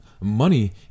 Money